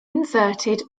inserted